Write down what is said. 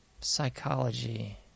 psychology